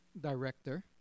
director